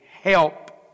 help